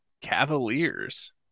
Cavaliers